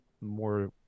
more